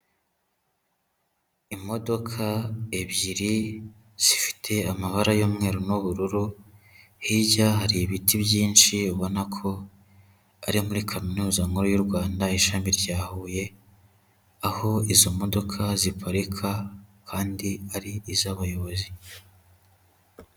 Imodoka ebyiri zifite amabara y'umweru n'ubururu, hirya hari ibiti byinshi ubona ko ari muri kaminuza nkuru y'u Rwanda, ishami rya Huye, aho izo modoka ziparika kandi ari iz'abayobozi.